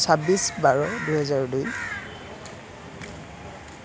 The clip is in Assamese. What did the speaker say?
চাব্বিছ বাৰ দুহেজাৰ দুই